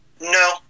No